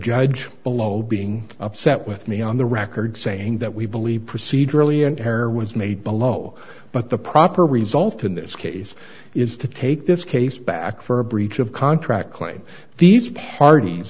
judge below being upset with me on the record saying that we believe procedurally and her was made below but the proper result in this case is to take this case back for a breach of contract claim these parties